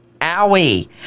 Owie